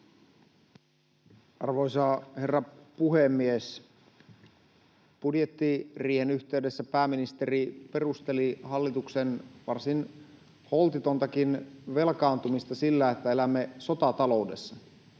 Arvoisa herra puhemies! Budjettiriihen yhteydessä pääministeri perusteli hallituksen varsin holtitontakin velkaantumista sillä, että elämme sotataloudessa.